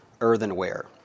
earthenware